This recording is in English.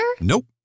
Nope